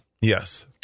Yes